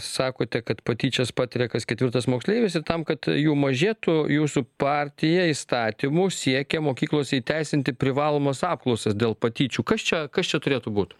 sakote kad patyčias patiria kas ketvirtas moksleivis ir tam kad jų mažėtų jūsų partija įstatymu siekia mokyklose įteisinti privalomas apklausas dėl patyčių kas čia kas čia turėtų būt